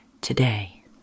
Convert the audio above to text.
today